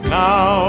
now